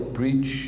preach